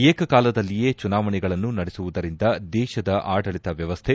ಏಕ ಕಾಲದಲ್ಲಿಯೇ ಚುನಾವಣೆಗಳನ್ನು ನಡೆಸುವುದರಿಂದ ದೇಶದ ಆಡಳಿತ ವ್ಲವಸ್ಥೆ